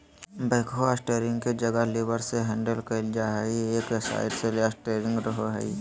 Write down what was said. backhoe steering के जगह levers से हैंडल कइल जा हइ, एक साइड ले स्टेयरिंग रहो हइ